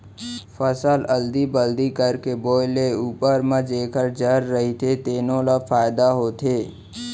फसल अदली बदली करके बोए ले उप्पर म जेखर जर रहिथे तेनो ल फायदा होथे